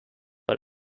but